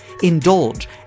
Indulge